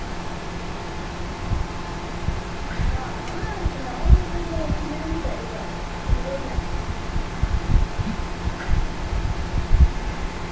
हां हां सनाओ मतलब किन्ने धोड़ी चाहिदा किन्ने धोड़ी लैना